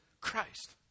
Christ